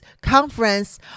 conference